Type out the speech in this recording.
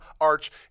arch